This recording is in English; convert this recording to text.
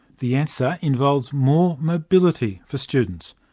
the answer involves more mobility for students,